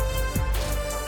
בשעה